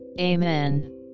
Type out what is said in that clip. Amen